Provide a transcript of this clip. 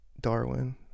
Darwin